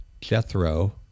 jethro